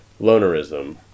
Lonerism